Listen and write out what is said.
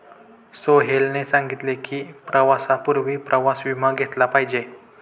सोहेलने सांगितले की, प्रवासापूर्वी प्रवास विमा घेतला पाहिजे